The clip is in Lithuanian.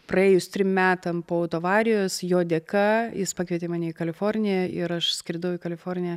praėjus trim metam po autoavarijos jo dėka jis pakvietė mane į kaliforniją ir aš skridau į kaliforniją